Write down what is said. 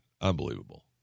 Unbelievable